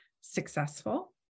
successful